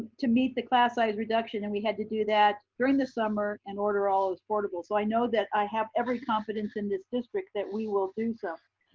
to meet the class size reduction. and we had to do that during the summer and order all those portables. so i know that i have every confidence in this district that we will do so.